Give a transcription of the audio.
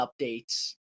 updates